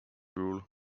rule